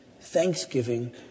thanksgiving